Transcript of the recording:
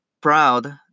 proud